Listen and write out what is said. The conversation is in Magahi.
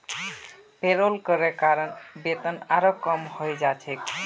पेरोल करे कारण वेतन आरोह कम हइ जा छेक